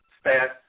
staff